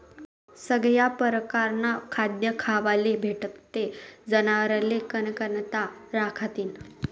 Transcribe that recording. सगया परकारनं खाद्य खावाले भेटनं ते जनावरेबी कनकनात रहातीन